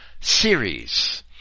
series